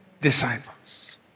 disciples